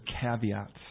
caveats